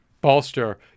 bolster